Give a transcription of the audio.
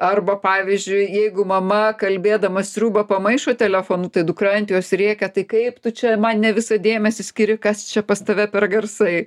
arba pavyzdžiui jeigu mama kalbėdama sriubą pamaišo telefonu tai dukra ant jos rėkia tai kaip tu čia man ne visą dėmesį skiri kas čia pas tave per garsai